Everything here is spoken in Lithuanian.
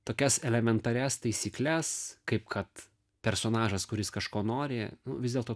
tokias elementarias taisykles kaip kad personažas kuris kažko nori vis dėlto